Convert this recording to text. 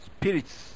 spirits